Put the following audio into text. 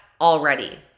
already